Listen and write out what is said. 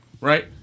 Right